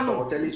בבקשה.